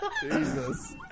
Jesus